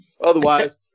Otherwise